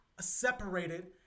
separated